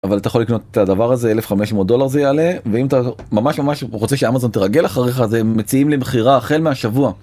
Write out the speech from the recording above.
אבל אתה יכול לקנות את הדבר הזה 1500 דולר זה יעלה, ואם אתה ממש ממש רוצה שאמזון תרגל אחריך, אז הם מציעים למכירה החל מהשבוע.